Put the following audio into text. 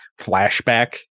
flashback